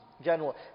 General